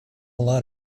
lot